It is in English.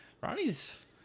Ronnie's